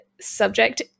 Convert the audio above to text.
subject